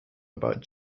about